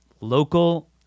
local